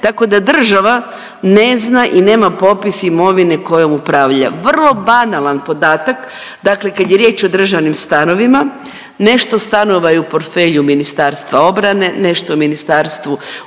tako da država ne zna i nema popis imovine kojom upravlja. Vrlo banalan podatak, dakle kad je riječ o državnim stanovima, nešto stanova je u portfelju Ministarstva obrane, nešto u MUP-u,